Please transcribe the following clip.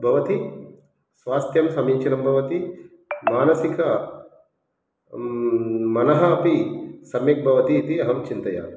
भवति स्वास्थ्यं समीचीनं भवति मानसिकः मनः अपि सम्यक् भवति इति अहं चिन्तयामि